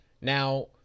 now